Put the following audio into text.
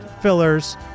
fillers